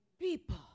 people